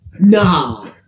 Nah